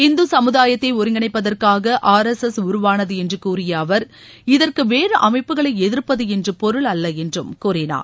இந்து சமுதாயத்தை ஒருங்கிணைப்பதற்காக R S S உருவானது என்று கூறிய அவர் இதற்கு வேறு அமைப்புகளை எதிர்ப்பது என்று பொருள் அல்ல என்றும் கூறினார்